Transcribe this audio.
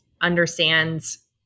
understands